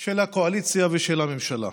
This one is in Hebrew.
של הקואליציה ושל הממשלה.